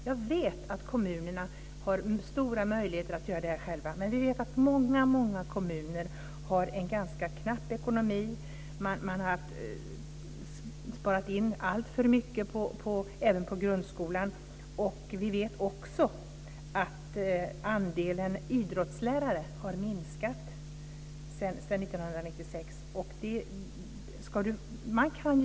Jag vet att kommunerna har stora möjligheter att göra det här själva, men många kommuner har ganska knapp ekonomi och har sparat in alltför mycket även på grundskolan. Vi vet också att andelen idrottslärare har minskat sedan 1996.